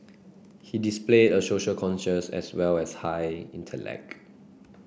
he displayed a social conscience as well as high intellect